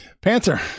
Panther